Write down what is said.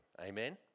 Amen